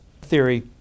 theory